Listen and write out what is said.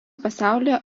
pasaulyje